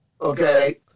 Okay